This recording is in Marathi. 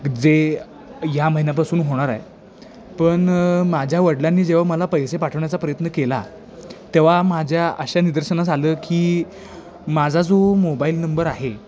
जे या महिन्यापासून होणार आहे पण माझ्या वडिलांनी जेव्हा मला पैसे पाठवण्याचा प्रयत्न केला तेव्हा माझ्या अशा निदर्शना झालं की माझा जो मोबाईल नंबर आहे